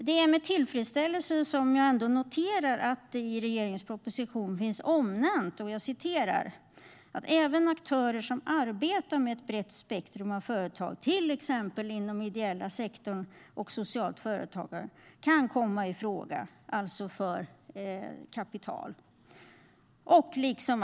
Det är med tillfredsställelse som jag ändå noterar att det nämns i regeringens proposition: "Även aktörer som arbetar med ett brett spektrum av företag, t.ex. inom ideella sektorn och socialt företagande, kan komma i fråga." Det gäller alltså kapital.